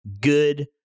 good